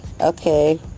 okay